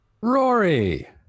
Rory